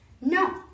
No